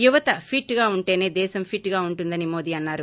యువత ఫిట్ గా ఉంటేసే దేశం ఫిట్ గా ఉంటుందని మోదీ అన్నారు